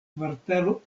kvartalo